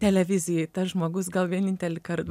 televizijai tas žmogus gal vienintelį kart buvo